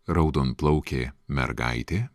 raudonplaukė mergaitė